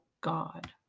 God